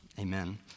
Amen